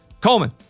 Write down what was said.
Coleman